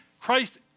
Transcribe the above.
Christ